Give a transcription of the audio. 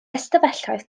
ystafelloedd